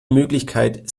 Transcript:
möglichkeit